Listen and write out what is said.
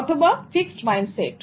অথবা fixed mindset